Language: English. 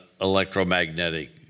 electromagnetic